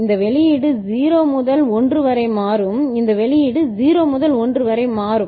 இந்த வெளியீடு 0 முதல் 1 வரை மாறும் இந்த வெளியீடு 0 முதல் 1 வரை மாறும்